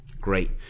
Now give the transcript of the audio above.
Great